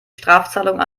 strafzahlungen